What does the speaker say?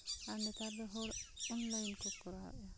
ᱟᱨ ᱱᱮᱛᱟᱨ ᱫᱚ ᱦᱚᱲ ᱚᱱᱞᱟᱭᱤᱱ ᱠᱚ ᱠᱚᱨᱟᱣᱟ